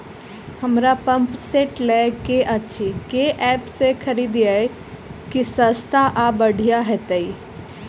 हमरा pump set लय केँ अछि केँ ऐप सँ खरिदियै की सस्ता आ बढ़िया हेतइ?